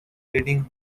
reading